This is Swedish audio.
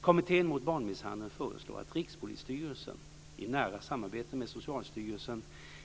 Kommittén mot barnmisshandel föreslår att Rikspolisstyrelsen, i nära samarbete med Socialstyrelsen,